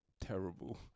terrible